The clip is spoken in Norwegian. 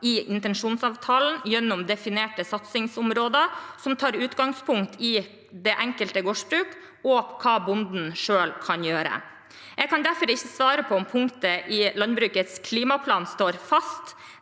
i intensjonsavtalen gjennom definerte satsingsområder som tar utgangspunkt i det enkelte gårdsbruk og hva bonden selv kan gjøre. Jeg kan derfor ikke svare på om punktet i Landbrukets klimaplan står fast.